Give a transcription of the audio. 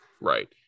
Right